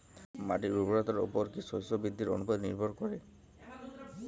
মাটির উর্বরতার উপর কী শস্য বৃদ্ধির অনুপাত নির্ভর করে?